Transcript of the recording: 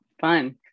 Fun